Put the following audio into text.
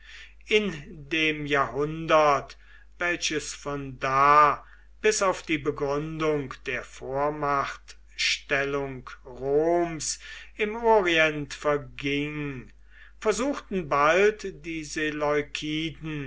in dem jahrhundert welches von da bis auf die begründung der vormachtstellung roms im orient verging versuchten bald die